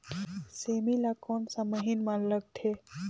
सेमी ला कोन सा महीन मां लगथे?